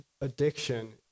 addiction